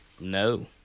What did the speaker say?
No